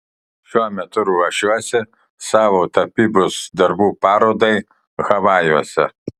šiuo metu ruošiuosi savo tapybos darbų parodai havajuose